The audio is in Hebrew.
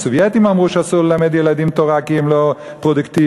הסובייטים אמרו שאסור ללמד ילדים תורה כי הם לא פרודוקטיביים.